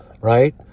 right